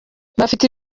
bafite